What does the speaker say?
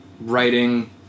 writing